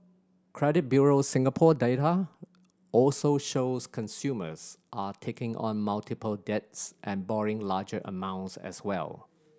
Credit Bureau Singapore data also shows consumers are taking on multiple debts and borrowing larger amounts as well